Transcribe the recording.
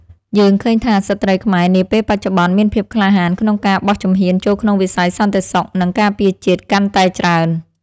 យើងឃើញថា ស្ត្រីខ្មែរនាពេលបច្ចុប្បន្នមានភាពក្លាហានក្នុងការបោះជំហានចូលក្នុងវិស័យសន្តិសុខ និងការពារជាតិកាន់តែច្រើន។